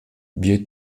wir